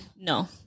no